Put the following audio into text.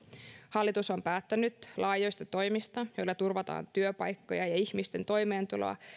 hallitus on päättänyt laajoista toimista joilla turvataan työpaikkoja ja ihmisten toimeentuloa